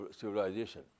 civilization